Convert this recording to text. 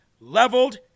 leveled